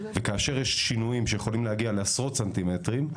וכאשר יש שינויים שיכולים להגיע לעשות סנטימטרים,